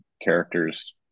characters